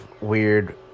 weird